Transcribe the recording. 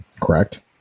Correct